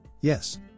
Yes